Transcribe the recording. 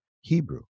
Hebrew